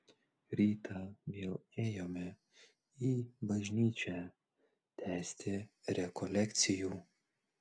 rytą vėl ėjome į bažnyčią tęsti rekolekcijų